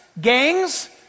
gangs